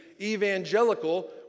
evangelical